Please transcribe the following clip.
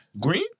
Green